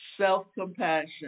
self-compassion